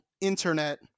internet